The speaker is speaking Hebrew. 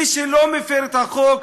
מי שלא מפר את החוק,